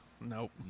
Nope